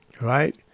Right